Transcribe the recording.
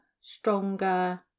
stronger